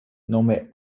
nome